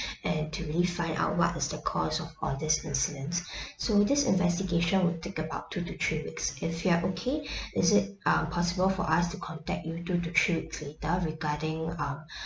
and to really find out what is the cause of all this incidents so this investigation will take about two to three weeks if you're okay is it uh possible for us to contact you two to three weeks later regarding um